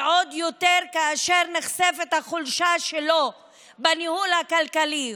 ועוד יותר כאשר נחשפת החולשה שלו בניהול הכלכלי.